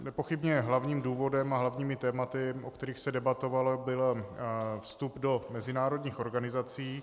Nepochybně hlavním důvodem a hlavními tématy, o kterých se debatovalo, byl vstup do mezinárodních organizací.